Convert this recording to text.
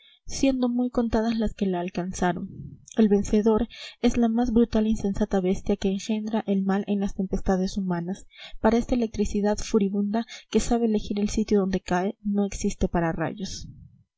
siendo muy contadas las que la alcanzaron el vencedor es la más brutal e insensata bestia que engendra el mal en las tempestades humanas para esta electricidad furibunda que sabe elegir el sitio donde cae no existe